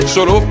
Solo